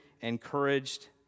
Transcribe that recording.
encouraged